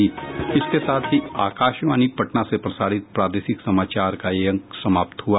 इसके साथ ही आकाशवाणी पटना से प्रसारित प्रादेशिक समाचार का ये अंक समाप्त हुआ